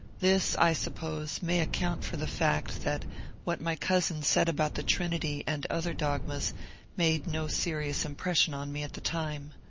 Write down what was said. this i suppose may account for the fact that what my cousin said about the trinity and other dogmas made no serious impression on me at the time.